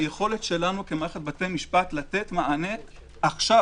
היכולת שלנו כמערכת בתי משפט לתת מענה עכשיו,